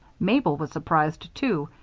mabel was surprised, too,